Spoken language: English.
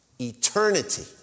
eternity